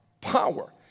power